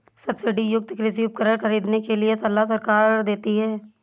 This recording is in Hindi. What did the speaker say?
सब्सिडी युक्त कृषि उपकरण खरीदने के लिए सलाह सरकार देती है